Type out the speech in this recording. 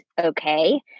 okay